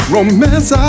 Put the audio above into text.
Romance